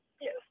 Yes